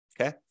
okay